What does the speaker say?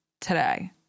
today